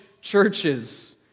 churches